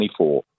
2024